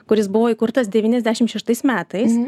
kuris buvo įkurtas devyniasdešim šeštais metais